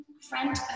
front